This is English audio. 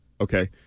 Okay